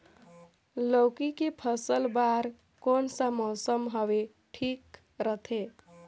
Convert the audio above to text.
लौकी के फसल बार कोन सा मौसम हवे ठीक रथे?